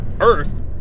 Earth